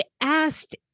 asked